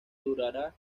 durará